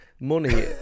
Money